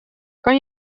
kan